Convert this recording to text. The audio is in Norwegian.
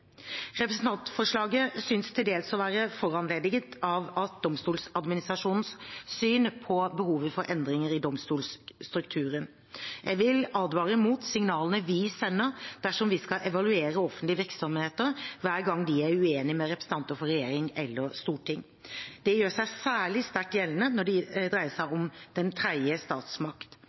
Representantforslaget synes til dels å være foranlediget av Domstoladministrasjonens syn på behovet for endringer i domstolstrukturen. Jeg vil advare mot signalene vi sender dersom vi skal evaluere offentlige virksomheter hver gang de er uenige med representanter for regjering eller storting. Det gjør seg særlig sterkt gjeldende når det dreier seg om den tredje statsmakt.